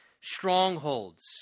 strongholds